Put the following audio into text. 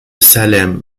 salem